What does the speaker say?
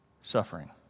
suffering